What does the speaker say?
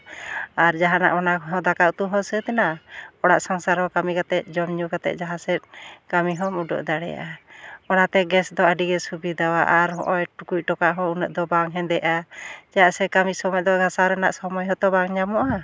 ᱟᱨ ᱡᱟᱦᱟᱸᱱᱟᱜ ᱚᱱᱟ ᱫᱟᱠᱟ ᱩᱛᱩ ᱦᱚᱸ ᱥᱟᱹᱛᱮᱱᱟ ᱚᱲᱟᱜ ᱥᱚᱝᱥᱟᱨ ᱦᱚᱸ ᱠᱟᱹᱢᱤ ᱠᱟᱛᱮ ᱡᱟᱦᱟᱸ ᱥᱮᱫ ᱠᱟᱹᱢᱤ ᱦᱚᱸᱢ ᱩᱰᱩᱠ ᱫᱟᱲᱭᱟᱜᱼᱟ ᱚᱱᱟᱛᱮ ᱜᱮᱥ ᱫᱚ ᱟᱹᱰᱤᱜᱮ ᱥᱩᱵᱤᱫᱟᱣᱟ ᱟᱨ ᱦᱚᱸᱜᱼᱚᱭ ᱴᱩᱠᱩᱡ ᱴᱤᱠᱟᱜ ᱦᱚᱸ ᱩᱱᱟᱹᱜ ᱫᱚ ᱵᱟᱝ ᱦᱮᱸᱫᱮᱜᱼᱟ ᱪᱮᱫᱟᱜ ᱥᱮ ᱠᱟᱹᱢᱤ ᱥᱚᱢᱚᱭ ᱫᱚ ᱜᱟᱥᱟᱣ ᱨᱮᱱᱟᱜ ᱦᱚᱸ ᱥᱚᱢᱚᱭ ᱦᱚᱸᱛᱚ ᱵᱟᱝ ᱧᱟᱢᱚᱜᱼᱟ